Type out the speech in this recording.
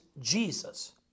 Jesus